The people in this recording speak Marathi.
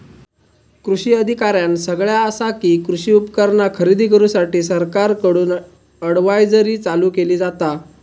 कृषी अधिकाऱ्यानं सगळ्यां आसा कि, कृषी उपकरणा खरेदी करूसाठी सरकारकडून अडव्हायजरी चालू केली जाता